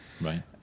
right